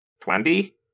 Twenty